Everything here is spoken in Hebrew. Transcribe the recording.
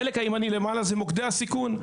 החלק הימני למעלה בשקף זה מוקדי הסיכון.